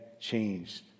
changed